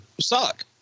suck